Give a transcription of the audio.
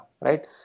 right